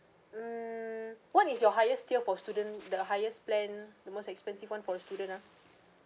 mm what is your highest tier for student the highest plan the most expensive one for the student ah